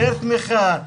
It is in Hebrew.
יותר תמיכה,